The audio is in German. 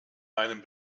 meinem